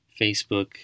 Facebook